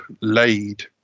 Laid